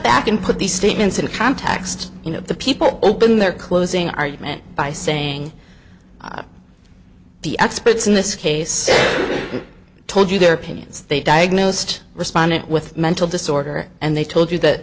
back and put these statements in context you know the people open their closing argument by saying the experts in this case told you their opinions they diagnosed respondent with mental disorder and they told you that